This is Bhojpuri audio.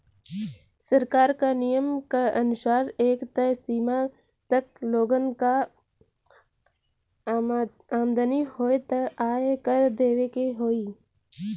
सरकार क नियम क अनुसार एक तय सीमा तक लोगन क आमदनी होइ त आय कर देवे के होइ